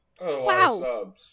Wow